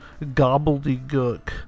gobbledygook